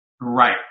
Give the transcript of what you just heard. Right